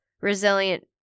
resilient